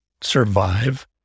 survive